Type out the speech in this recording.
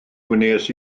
wnes